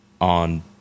on